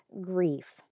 grief